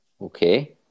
Okay